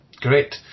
great